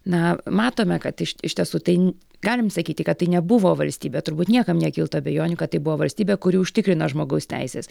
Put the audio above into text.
na matome kad iš tiesų tai galim sakyti kad tai nebuvo valstybė turbūt niekam nekiltų abejonių kad tai buvo valstybė kuri užtikrina žmogaus teises